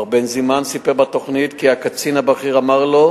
מר בנזימן סיפר בתוכנית כי הקצין הבכיר אמר לו,